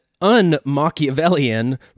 un-Machiavellian